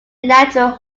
natural